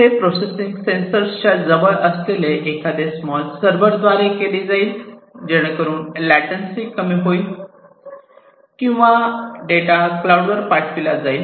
हे processing sensor च्या जवळच असलेले एखाद्या स्मॉल सर्वर द्वारे केली जाईल जेणेकरून लाटेन्सी कमी होईल किंवा डेटा क्लाऊडवर पाठविला जाईल